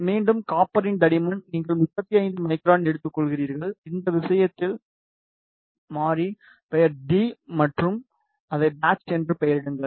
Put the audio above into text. மீண்டும் காப்பரின் தடிமன் நீங்கள் 35 மைக்ரான் எடுத்துக்கொள்கிறீர்கள் இந்த விஷயத்தில் மாறி பெயர் டீ மற்றும் அதை பேட்ச் என்று பெயரிடுங்கள்